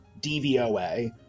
DVOA